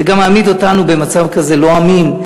זה גם מעמיד אותנו במצב לא אמין,